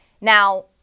Now